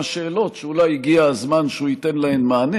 שאלות שאולי הגיע הזמן שהוא ייתן עליהן מענה,